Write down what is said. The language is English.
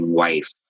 wife